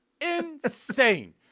Insane